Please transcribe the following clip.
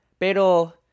Pero